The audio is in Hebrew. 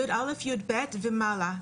י"א, י"ב, ומעלה.